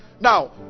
Now